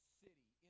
city